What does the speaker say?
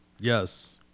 Yes